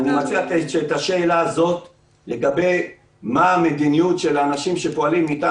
אני מציע שאת השאלה הזאת לגבי מה המדיניות של האנשים שפועלים מטעם